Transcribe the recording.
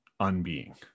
unbeing